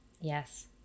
Yes